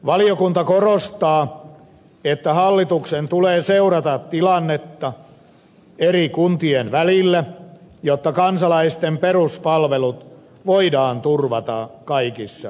valiokunta korostaa että hallituksen tulee seurata tilannetta eri kuntien välillä jotta kansalaisten peruspalvelut voidaan turvata kaikissa kunnissa